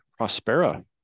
Prospera